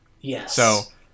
Yes